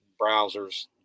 browsers